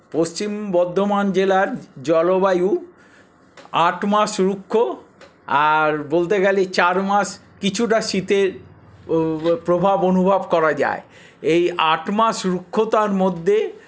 পশ্চিম বর্ধমান জেলার জলবায়ু আট মাস রুক্ষ আর বলতে গেলে আর চার মাস কিছুটা শীতের প্রভাব অনুভব করা যায় এই আট মাস রুক্ষতার মধ্যে